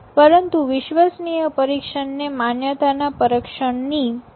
પરંતુ વિશ્વસનીય પરીક્ષણ ને માન્યતા ના પરીક્ષણ ની જરૂર નથી